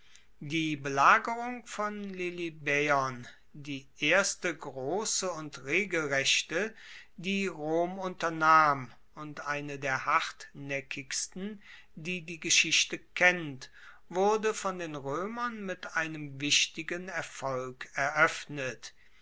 die belagerung von lilybaeon die erste grosse und regelrechte die rom unternahm und eine der hartnaeckigsten die die geschichte kennt wurde von den roemern mit einem wichtigen erfolg eroeffnet